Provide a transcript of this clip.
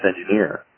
engineer